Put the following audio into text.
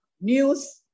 news